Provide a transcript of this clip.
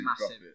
massive